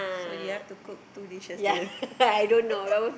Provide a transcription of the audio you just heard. so you have to cook two dishes then